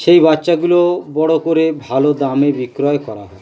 সেই বাচ্চাগুলো বড়ো করে ভালো দামে বিক্রয় করা হয়